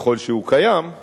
ככל שהוא קיים,